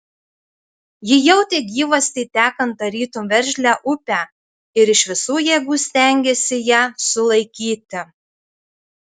ji jautė gyvastį tekant tarytum veržlią upę ir iš visų jėgų stengėsi ją sulaikyti